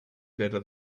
better